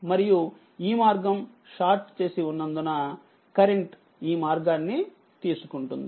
మరియు ఈ మార్గం షార్ట్ చేసి ఉన్నందున కరెంట్ ఈ మార్గాన్ని తీసుకుంటుంది